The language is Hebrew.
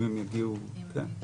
אם הן יגיעו, כן.